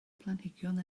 planhigion